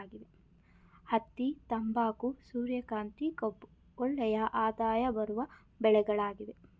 ಹತ್ತಿ, ತಂಬಾಕು, ಸೂರ್ಯಕಾಂತಿ, ಕಬ್ಬು ಒಳ್ಳೆಯ ಆದಾಯ ಬರುವ ಬೆಳೆಗಳಾಗಿವೆ